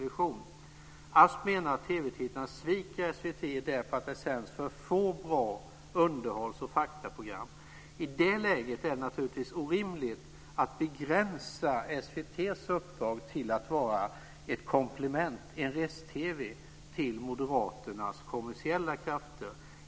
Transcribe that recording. Asp menar att TV-tittarna sviker SVT därför att det sänds för få bra underhålls och faktaprogram. I det läget är det naturligtvis orimligt att begränsa SVT:s uppdrag till att vara ett komplement, en rest-TV, till Moderaternas kommersiella krafter.